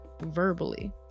verbally